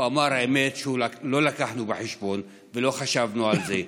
הוא אמר: האמת שלא הבאנו את זה בחשבון ולא חשבנו על זה.